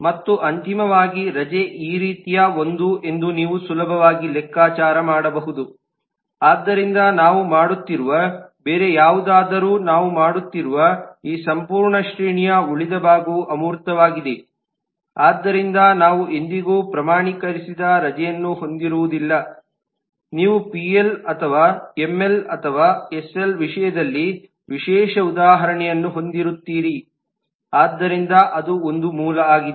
ಮತ್ತು ಅಂತಿಮವಾಗಿ ರಜೆ ಈ ರೀತಿಯ ಒಂದು ಎಂದು ನೀವು ಸುಲಭವಾಗಿ ಲೆಕ್ಕಾಚಾರ ಮಾಡಬಹುದು ಆದ್ದರಿಂದ ನಾವು ಮಾಡುತ್ತಿರುವ ಬೇರೆ ಯಾವುದಾದರೂ ನಾವು ಮಾಡುತ್ತಿರುವ ಈ ಸಂಪೂರ್ಣ ಶ್ರೇಣಿಯ ಉಳಿದ ಭಾಗವು ಅಮೂರ್ತವಾಗಿದೆ ಆದ್ದರಿಂದ ನಾವು ಎಂದಿಗೂ ಪ್ರಮಾಣೀಕರಿಸಿದ ರಜೆಯನ್ನು ಹೊಂದಿರುವುದಿಲ್ಲ ನೀವು ಪಿಎಲ್ ಅಥವಾ ಎಂಎಲ್ ಅಥವಾ ಎಸ್ಎಲ್ ವಿಷಯದಲ್ಲಿ ವಿಶೇಷ ಉದಾಹರಣೆಯನ್ನು ಹೊಂದಿರುತ್ತೀರಿ ಆದ್ದರಿಂದ ಅದು ಒಂದು ಮೂಲ ಆಗಿದೆ